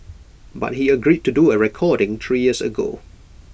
but he agreed to do A recording three years ago